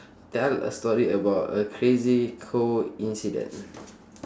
tell a story about a crazy coincidence